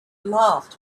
laughed